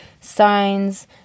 Signs